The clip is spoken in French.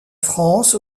france